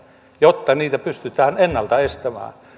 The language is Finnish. jotta niitä pystytään ennalta estämään